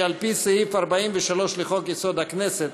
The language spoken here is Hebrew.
שעל-פי סעיף 43 לחוק-יסוד: הכנסת,